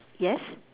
yes